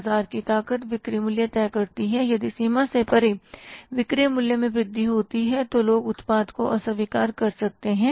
बाजार की ताकत बिक्री मूल्य तय करती है यदि सीमा से परे बिक्री मूल्य में वृद्धि होती है तो लोग उत्पाद को अस्वीकार कर सकते हैं